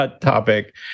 topic